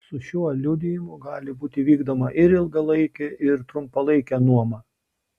su šiuo liudijimu gali būti vykdoma ir ilgalaikė ir trumpalaikė nuoma